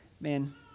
Man